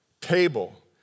Table